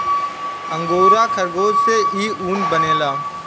angora खरगोश से इ ऊन बनेला